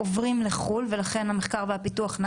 ואנחנו עוברים אותם ויודעים לעשות מחקרים,